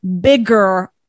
bigger